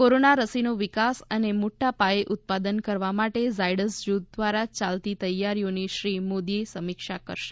corona રસીનો વિકાસ અને મોટા પાયે ઉત્પાદન કરવા માટે ઝાયડસ જુથ દ્વારા ચાલતી તૈયારીઓની શ્રી મોદી સમીક્ષા કરશે